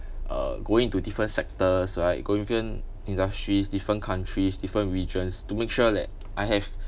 uh going to different sectors right going different industries different countries different regions to make sure that I have